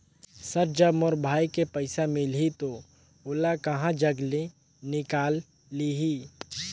Sir जब मोर भाई के पइसा मिलही तो ओला कहा जग ले निकालिही?